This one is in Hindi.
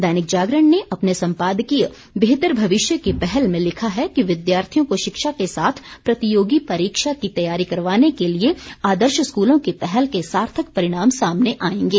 दैनिक जागरण ने अपने संपादकीय बेहतर भविष्य की पहल में लिखा है कि विद्यार्थियों को शिक्षा के साथ प्रतियोगी परीक्षा की तैयारी करवाने के लिए आदर्श स्कूलों की पहल के सार्थक परिणाम सामने आएंगे